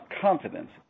confidence